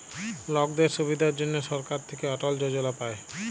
লকদের সুবিধার জনহ সরকার থাক্যে অটল যজলা পায়